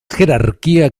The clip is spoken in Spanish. jerarquía